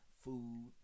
food